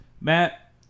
Matt